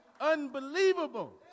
unbelievable